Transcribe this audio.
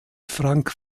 frank